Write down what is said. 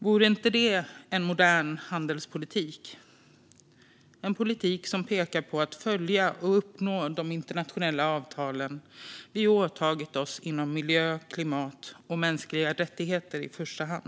Vore inte det en modern handelspolitik - en politik som syftar till att följa och uppnå de internationella avtal vi förbundit oss till inom i första hand miljö, klimat och mänskliga rättigheter?